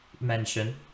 mention